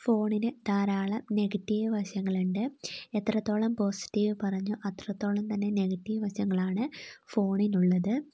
ഫോണിന് ധാരാളം നെഗറ്റീവ് വശങ്ങളുണ്ട് എത്രത്തോളം പോസിറ്റീവ് പറഞ്ഞോ അത്രത്തോളം തന്നേ നെഗറ്റീവ് വശങ്ങളാണ് ഫോണിനുള്ളത്